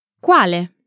Quale